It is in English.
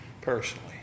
personally